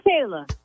Taylor